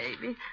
baby